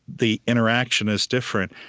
the interaction is different.